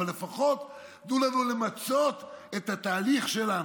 אבל לפחות תנו לנו למצות את התהליך שלנו.